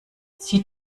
zieh